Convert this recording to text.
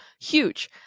huge